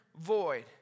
void